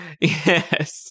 Yes